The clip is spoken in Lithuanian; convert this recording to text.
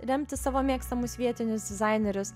remti savo mėgstamus vietinius dizainerius